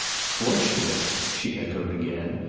fortunate? she echoed again.